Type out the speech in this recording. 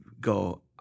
go